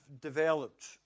developed